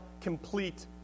complete